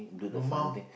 your mum